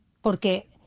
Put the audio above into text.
porque